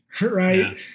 right